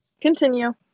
Continue